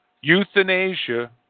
euthanasia